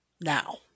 Now